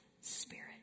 spirit